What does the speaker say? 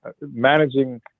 managing